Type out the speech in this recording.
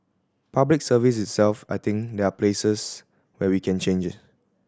Public Service itself I think there are places where we can change